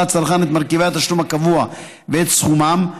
לצרכן את מרכיבי התשלום הקבוע ואת סכומם,